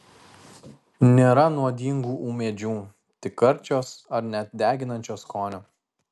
nėra nuodingų ūmėdžių tik karčios ar net deginančio skonio